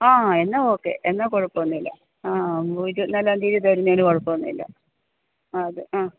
ആ എന്നാ ഓക്കെ എന്നാൽ കുഴപ്പം ഒന്നുമില്ല ആ ഓ ഇരുവത് നാലാം തീയതി തരുന്നതിന് കുഴപ്പം ഒന്നുമില്ല ആ അതെ ആ